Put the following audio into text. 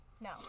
No